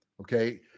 Okay